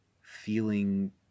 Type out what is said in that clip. feeling